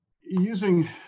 using